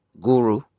Guru